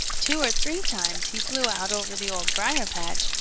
two or three times he flew out over the old briar-patch,